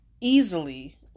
easily